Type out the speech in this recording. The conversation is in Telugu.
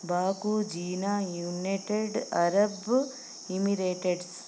బాకు జీనా యునెటెడ్ అరబ్ ఎమిరేట్స్